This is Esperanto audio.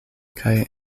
kaj